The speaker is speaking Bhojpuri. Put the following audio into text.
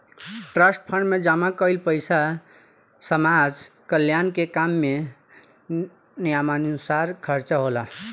ट्रस्ट फंड में जमा कईल पइसा समाज कल्याण के काम में नियमानुसार खर्चा होला